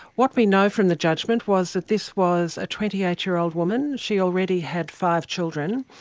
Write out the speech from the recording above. what we know from the judgement was that this was a twenty eight year old woman. she already had five children.